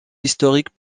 historique